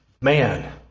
man